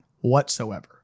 whatsoever